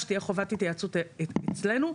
שתהיה חובת התייעצות איתנו,